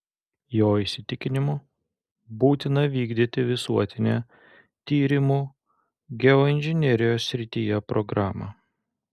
jo įsitikinimu būtina vykdyti visuotinę tyrimų geoinžinerijos srityje programą